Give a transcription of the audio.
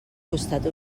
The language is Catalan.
costat